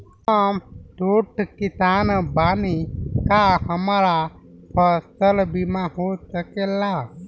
हम छोट किसान बानी का हमरा फसल बीमा हो सकेला?